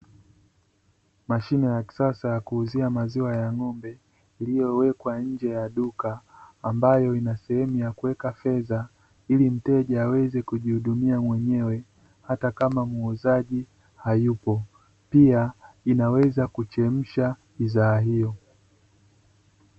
Mashine ya kisasa ya kuuzia maziwa ya ng'ombe iliyowekwa nje ya duka, ambayo ina sehemu ya kuweka fedha ili mteja aweze kujihudumia mwenyewe hata kama muuzaji hayupo pia inaweza kuchemsha bidhaa hiyo.